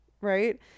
Right